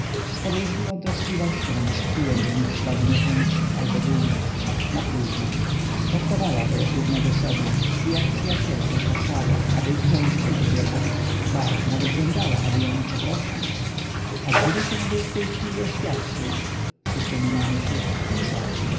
izabeli z podejrzliwą troskliwością wyszukując w nich śladu niechęci albo dumy napróżno traktowała go jak równego sobie i jak przyjaciela zapraszała aby ich częściej odwiedzał ba nawet żądała aby ją o co prosił a gdyby się był w tej chwili oświadczył przyszło mu na myśl to co